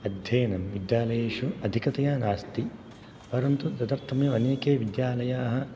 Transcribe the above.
अध्ययनं विद्यालयेषु अधिकतया नास्ति परन्तु तदर्थमेव अनेके विद्यालयाः